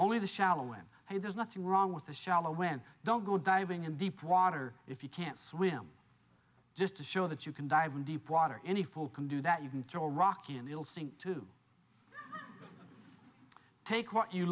only the shallow end and there's nothing wrong with a shallow well don't go diving in deep water if you can't swim just to show that you can dive in deep water any fool can do that you can throw a rock and it'll sink to take what you